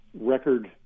record